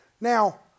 Now